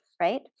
Right